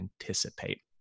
anticipate